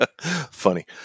Funny